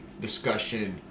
discussion